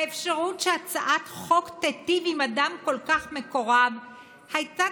האפשרות שהצעת חוק תיטיב עם אדם כל כך מקורב הייתה